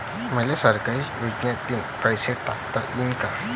मले सरकारी योजतेन पैसा टाकता येईन काय?